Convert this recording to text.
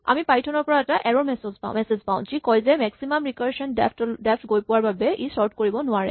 আমি পাইথন ৰ পৰা এটা এৰ'ৰ মেছেজ পাওঁ যি কয় যে মেক্সিমাম ৰিকাৰছন ডেপ্থ গৈ পোৱাৰ বাবে ই চৰ্ট কৰিব নোৱাৰে